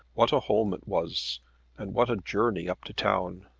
what a home it was and what a journey up to town!